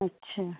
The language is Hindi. अच्छा